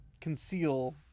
conceal